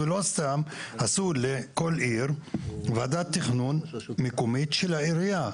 ולא סתם עשו לכל עיר ועדת תכנון מקומית של העירייה,